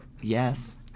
Yes